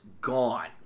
gone